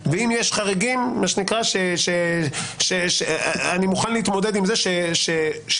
ואם יש חריגים, אני מוכן להתמודד עם זה שיתמודדו.